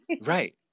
Right